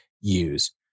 use